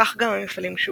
כך גם המפעלים שהוקמו,